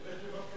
תלך לבקר,